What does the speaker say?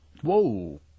Whoa